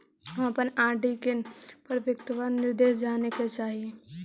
हम अपन आर.डी के परिपक्वता निर्देश जाने के चाह ही